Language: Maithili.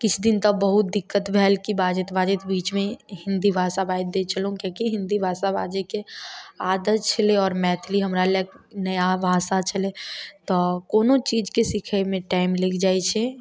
किछु दिन तऽ बहुत दिक्कत भेल कि बाजैत बाजैत बीचमे हिन्दी भाषा बाजि दै छलहुॅं किएकि हिन्दी भाषा बाजैके आदत छेलै आओर मैथिली हमरा लए नया भाषा छेलै तऽ कोनो चीजके सीखैमे टाइम लागि जाइ छै